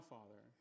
Father